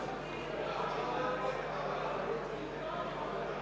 Благодаря